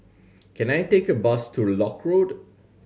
can I take a bus to Lock Road